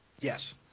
Yes